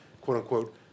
quote-unquote